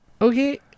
Okay